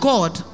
God